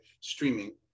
streaming